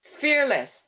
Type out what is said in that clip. fearless